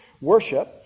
Worship